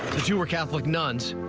the two were click nuns,